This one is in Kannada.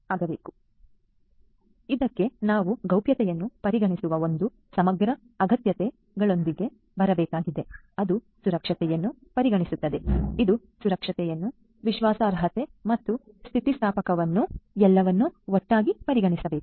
ಆದ್ದರಿಂದ ಇದಕ್ಕಾಗಿ ನಾವು ಗೌಪ್ಯತೆಯನ್ನು ಪರಿಗಣಿಸುವ ಒಂದು ಸಮಗ್ರ ಅಗತ್ಯತೆಗಳೊಂದಿಗೆ ಬರಬೇಕಾಗಿದೆ ಅದು ಸುರಕ್ಷತೆಯನ್ನು ಪರಿಗಣಿಸುತ್ತದೆ ಇದು ಸುರಕ್ಷತೆಯನ್ನು ಪರಿಗಣಿಸುತ್ತದೆ ಇದು ವಿಶ್ವಾಸಾರ್ಹತೆ ಮತ್ತು ಸ್ಥಿತಿಸ್ಥಾಪಕತ್ವವನ್ನು ಎಲ್ಲವನ್ನೂ ಒಟ್ಟಿಗೆ ಪರಿಗಣಿಸುತ್ತದೆ